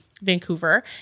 Vancouver